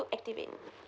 to activate